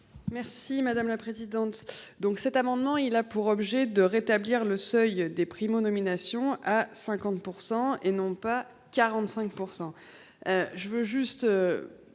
Merci. Si madame la présidente. Donc cet amendement il a pour objet de rétablir le seuil des primo-nomination à 50% et non pas 45%. Je veux juste.